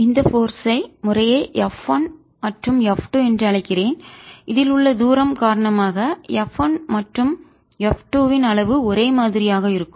இந்த போர்ஸ் ஐ சக்தியை முறையே F 1 மற்றும் F 2 என்று அழைக்கிறேன் இதில் உள்ள தூரம் காரணமாக F 1 மற்றும் F 2 இன் அளவு ஒரே மாதிரியாக இருக்கும்